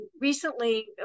recently